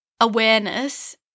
awareness